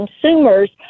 consumers